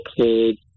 kids